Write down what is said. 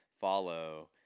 follow